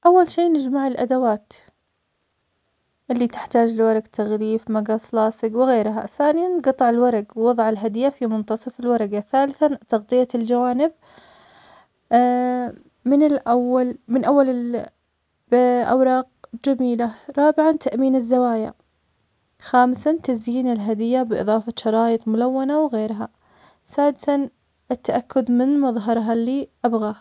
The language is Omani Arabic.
أول شي نجمع الأدوات اللي نحتاج, ورق تغليف, مقص, لاصق, وغيرها, ثانياً قطع الورق, ووضع الهدية في منتصف الورقة, ثالثا, تغطية الجانب من الأول- من أول ال- ب أوراق جميلة, رابعاً تأمين الزوايا, خامساً تزيين الهدية’ بإضافة شرايط ملونة وغيرها, سادساً, التأكد من مظهرها اللي أبعاه.